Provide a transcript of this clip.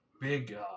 big